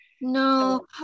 no